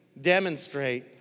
demonstrate